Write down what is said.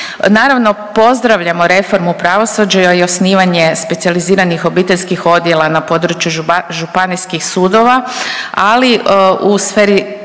Naravno pozdravljamo reformu pravosuđa i osnivanje specijaliziranih obiteljskih odjela na području županijskih sudova, ali u sferi